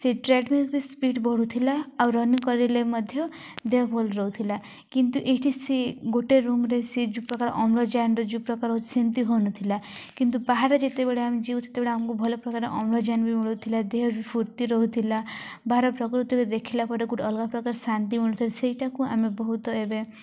ସେ ଟ୍ରେଡମିଲ୍ ବି ସ୍ପିଡ଼ ବଢ଼ୁଥିଲା ଆଉ ରନିଙ୍ଗ କରିଲେ ମଧ୍ୟ ଦେହ ଭଲ ରହୁଥିଲା କିନ୍ତୁ ଏଇଠି ସେ ଗୋଟେ ରୁମରେ ସେ ଯେଉଁ ପ୍ରକାର ଅମ୍ଳଜାନର ଯେଉଁ ପ୍ରକାର ସେମିତି ହଉନଥିଲା କିନ୍ତୁ ବାହାରେ ଯେତେବେଳେ ଆମେ ଯିଉୁ ସେତେବେଳେ ଆମକୁ ଭଲ ପ୍ରକାର ଅମ୍ଳଜାନ ବି ମିଳୁଥିଲା ଦେହ ବି ଫୁର୍ତ୍ତି ରହୁଥିଲା ବାହାର ପ୍ରକୃତିରେ ଦେଖିଲା ପରେ ଗୋଟେ ଅଲଗା ପ୍ରକାର ଶାନ୍ତି ମିଳୁଥିଲା ସେଇଟାକୁ ଆମେ ବହୁତ ଏବେ